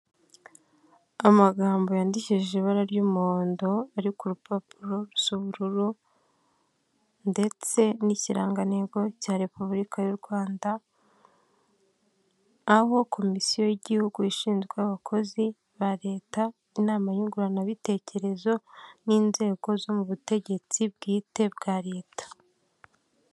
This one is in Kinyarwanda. Amagambo yandkishije ibara ry'umuhondo ari ku rupapuro rusa ubururu, ndetse n'ikirangantego cya repubulika y'u Rwanda, aho komisiyo y'igihugu ishinzwe abakozi ba leta, inamanyunguranabitekerezo, n'inzego zo mu butegetsi bwite bwa leta.